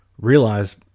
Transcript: realize